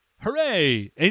Hooray